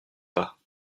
pas